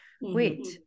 Wait